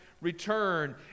return